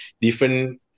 different